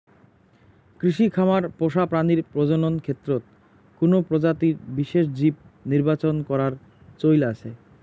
কৃষি খামার পোষা প্রাণীর প্রজনন ক্ষেত্রত কুনো প্রজাতির বিশেষ জীব নির্বাচন করার চৈল আছে